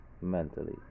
mentally